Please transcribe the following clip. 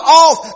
off